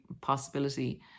possibility